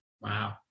Wow